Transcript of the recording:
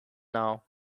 now